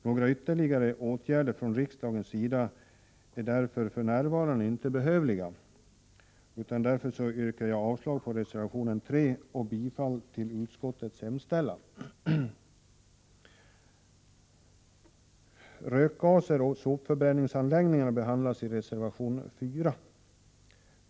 Några ytterligare åtgärder från riksdagens sida är därför för närvarande inte behövliga. Jag vill yrka avslag på reservation 3 och bifall till utskottets hemställan.